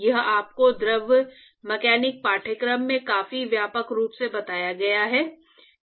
यह आपके द्रव मैकेनिक पाठ्यक्रम में काफी व्यापक रूप से बताया गया है